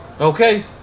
Okay